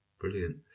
brilliant